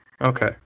Okay